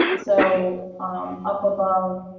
so up above,